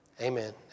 amen